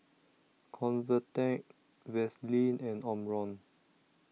Convatec Vaselin and Omron